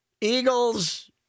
Eagles